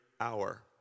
hour